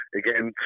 again